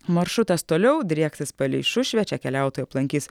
maršrutas toliau drieksis palei šušvę čia keliautojai aplankys